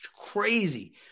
crazy